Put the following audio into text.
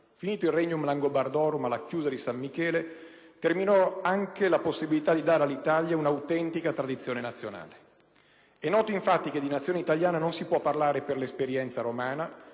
Finito il *regnum* *Langobardorum* alla Chiusa di San Michele, terminò anche la possibilità di dare all'Italia un'autentica tradizione nazionale. È noto, infatti, che di Nazione italiana non si può parlare per l'esperienza romana: